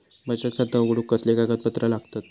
बचत खाता उघडूक कसले कागदपत्र लागतत?